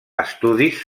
estudis